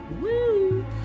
Woo